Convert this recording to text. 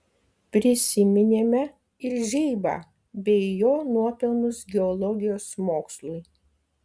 prisiminėme ir žeibą bei jo nuopelnus geologijos mokslui